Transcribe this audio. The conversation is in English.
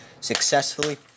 successfully